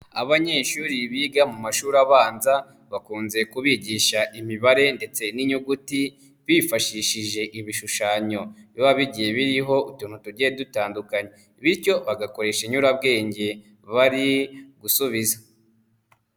Abanyeshuri biga mu mashuri abanza, bakunze kubigisha imibare ndetse n'inyuguti bifashishije ibishushanyo biba bigiye biriho utuntu tugiye dutandukanye, bityo bagakoresha inyurabwenge bari gusubiza.